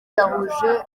yahuje